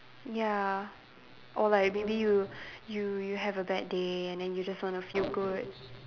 ya or like maybe you you you have a bad day and then you just wanna feel good